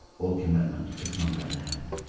or commitment, it's not going to happen.